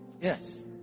Yes